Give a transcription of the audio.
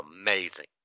amazing